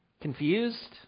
Confused